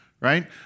right